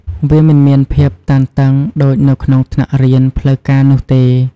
វាមិនមានភាពតានតឹងដូចនៅក្នុងថ្នាក់រៀនផ្លូវការនោះទេ។